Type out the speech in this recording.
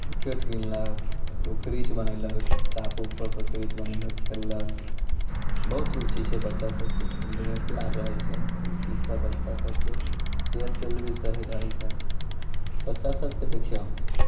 wicket कीनलक ओ crease बनेलक साफ उफ कऽ के क्रीच बनेलक खेललक बहुत रुचि छै बच्चा सबके खेलैमे प्यार रहै से ई चीजसँ बच्चा सबके सेहतके लिए भी सही रहै छै बच्चा सबके देखियौ